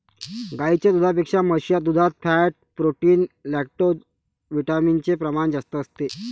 गाईच्या दुधापेक्षा म्हशीच्या दुधात फॅट, प्रोटीन, लैक्टोजविटामिन चे प्रमाण जास्त असते